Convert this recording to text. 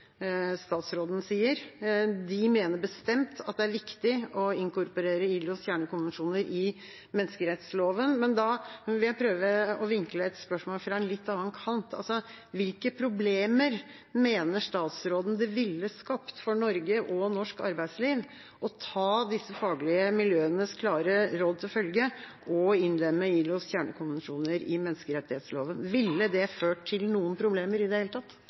statsråden sier. De mener bestemt at det er viktig å inkorporere ILOs kjernekonvensjoner i menneskerettsloven, men da vil jeg prøve å vinkle et spørsmål fra en litt annen kant. Hvilke problemer mener statsråden det ville skapt for Norge og norsk arbeidsliv å ta disse faglige miljøenes klare råd til følge og innlemme ILOs kjernekonvensjoner i menneskerettsloven? Ville det ført til noen problemer i det hele tatt?